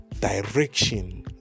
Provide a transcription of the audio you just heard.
direction